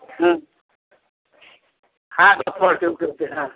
হুম হ্যাঁ হ্যাঁ